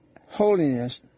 holiness